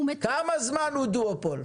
כמה זמן הוא דואופול?